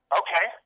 okay